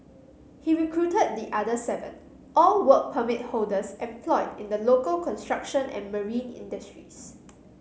he recruited the other seven all Work Permit holders employed in the local construction and marine industries